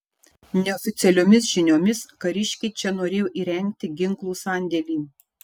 neoficialiomis žiniomis kariškiai čia norėjo įrengti ginklų sandėlį